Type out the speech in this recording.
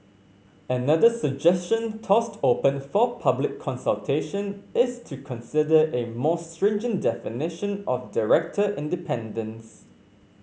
another suggestion tossed open for public consultation is to consider a more stringent definition of director independence